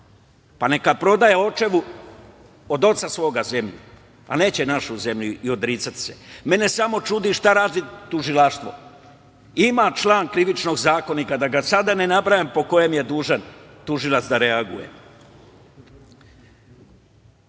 neka prodaje očevu, od oca svoga zemlju, a neće našu zemlju i odricati se. Mene samo čudi šta radi tužilaštvo? Ima član Krivičnog zakonika, da ga sada ne nabrajam, po kojem je dužan tužilac da reaguje. Ponovo